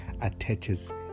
attaches